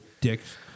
dicks